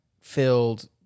filled